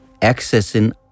accessing